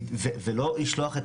ולא לשלוח את